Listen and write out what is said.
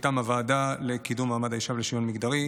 מטעם הוועדה לקידום מעמד האישה ולשוויון מגדרי,